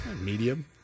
Medium